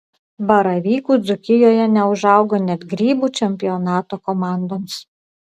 baravykų dzūkijoje neužaugo net grybų čempionato komandoms